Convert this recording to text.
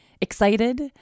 excited